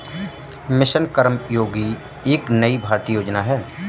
mission Karmayogi एक नई भारतीय योजना है